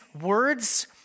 words